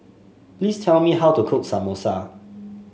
please tell me how to cook Samosa